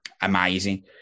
Amazing